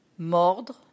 mordre